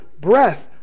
breath